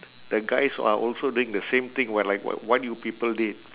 the guys are also doing the same thing what like what you people did